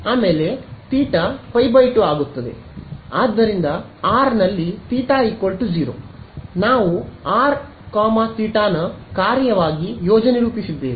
ಆದ್ದರಿಂದ r ನಲ್ಲಿ θ 0 ನಾವು r θ ನ ಕಾರ್ಯವಾಗಿ ಯೋಜನೆ ರೂಪಿಸಿದ್ದೇವೆ